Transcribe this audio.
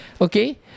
Okay